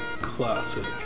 classic